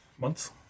months